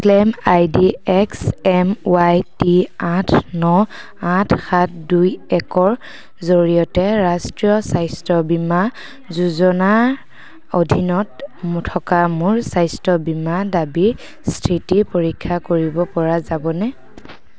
claim ID X M Y T আঠ ন আঠ সাত দুই একৰ জৰিয়তে ৰাষ্ট্ৰীয় স্বাস্থ্য বীমা যোজনাৰ অধীনত থকা মোৰ স্বাস্থ্য বীমা দাবীৰ স্থিতি পৰীক্ষা কৰিব পৰা যাবনে